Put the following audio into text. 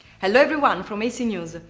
hello everyone from ac news,